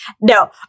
no